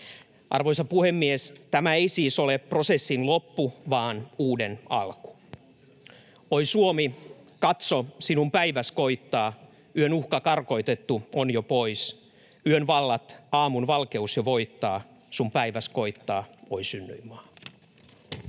Arvoisa puhemies! Tämä ei siis ole prosessin loppu vaan uuden alku. "Oi Suomi, katso, sinun päiväs koittaa / yön uhka karkoitettu on jo pois / yön vallat aamun valkeus jo voittaa / sun päiväs koittaa, oi synnyinmaa."